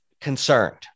concerned